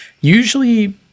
Usually